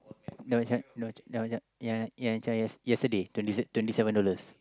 yang macam yang macam yang yang macam yes~ yesterday twenty seven twenty seven dollars